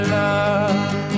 love